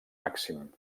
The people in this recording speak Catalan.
màxim